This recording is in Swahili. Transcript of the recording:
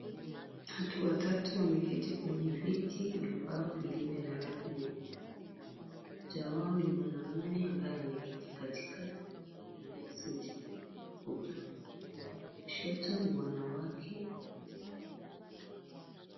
Watu watatu wameketi kwenye viti vya mbao vilivyo na rangi nyekundu, mmoja wao ni mwanaume ambaye ameketi katikati na amevalia suti, upande wa kulia na kushoto ni wanawake.